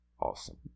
awesome